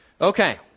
Okay